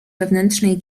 wewnętrznej